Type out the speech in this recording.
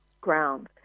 ground